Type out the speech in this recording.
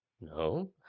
No